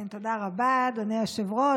תודה רבה, אדוני היושב-ראש.